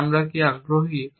তাই আমরা কি আগ্রহী